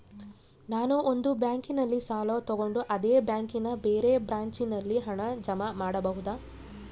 ನಾನು ಒಂದು ಬ್ಯಾಂಕಿನಲ್ಲಿ ಸಾಲ ತಗೊಂಡು ಅದೇ ಬ್ಯಾಂಕಿನ ಬೇರೆ ಬ್ರಾಂಚಿನಲ್ಲಿ ಹಣ ಜಮಾ ಮಾಡಬೋದ?